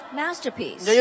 masterpiece